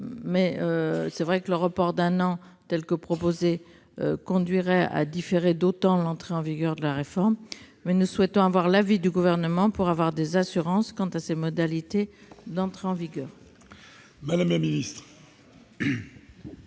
Il est vrai que le report d'un an, tel que proposé, conduirait à différer d'autant l'entrée en vigueur de la réforme. Nous souhaiterions connaître l'avis du Gouvernement, pour obtenir des assurances quant à ces modalités d'entrée en vigueur. Quel est